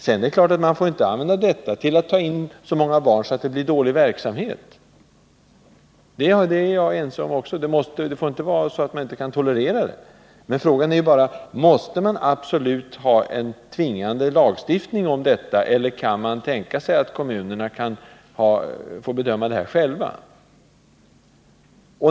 Sedan är det klart att man inte får använda detta som ett skäl för att ta in så många barn att det blir en dålig verksamhet — det är jag också på det klara med. Frågan är bara: Måste vi absolut ha en tvingande lagstiftning om detta, eller kan man tänka sig att kommunerna kan få bedöma det själva?